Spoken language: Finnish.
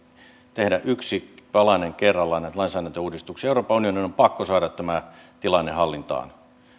tehdä yksi palanen kerrallaan näitä lainsäädäntöuudistuksia euroopan unionin on pakko saada tämä tilanne hallintaan